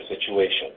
situation